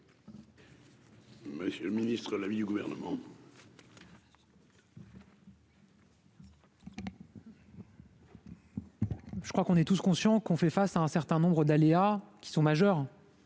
Monsieur le Ministre, l'avis du gouvernement. Je crois qu'on est tous conscient qu'on fait face à un certain nombre d'aléas qui sont majeurs,